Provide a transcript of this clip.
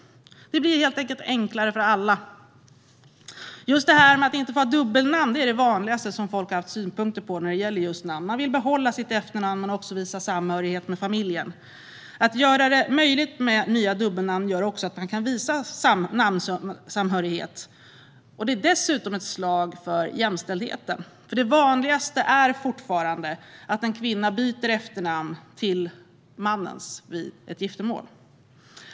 Det blir helt enkelt enklare för alla. Just detta med att inte få ha dubbelnamn är det vanligaste som folk har haft synpunkter på när det gäller namn. Man vill behålla sitt efternamn men också visa samhörighet med familjen. Att göra det möjligt med dubbelnamn betyder att människor kan visa namnsamhörighet. Det är dessutom ett slag för jämställdheten, för det vanligaste är fortfarande att en kvinna byter efternamn till mannens vid giftermål.